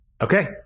Okay